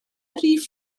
rif